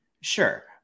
Sure